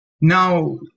now